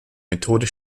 methode